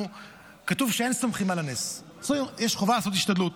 כתוב שאין סומכים על הנס, יש חובה לעשות השתדלות.